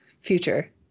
future